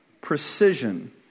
precision